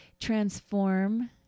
Transform